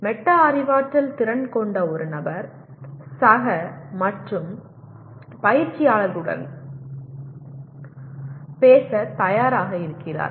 meta அறிவாற்றல் திறன் கொண்ட ஒரு நபர் சக மற்றும் பயிற்சியாளர்களுடன் பேச தயாராக இருக்கிறார்